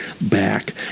back